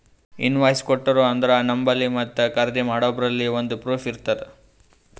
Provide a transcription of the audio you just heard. invoice ಕೊಟ್ಟೂರು ಅಂದ್ರ ನಂಬಲ್ಲಿ ಮತ್ತ ಖರ್ದಿ ಮಾಡೋರ್ಬಲ್ಲಿ ಒಂದ್ ಪ್ರೂಫ್ ಇರ್ತುದ್